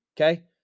Okay